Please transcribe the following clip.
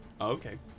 okay